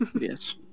Yes